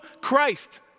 Christ